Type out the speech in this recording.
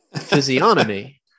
physiognomy